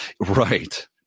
Right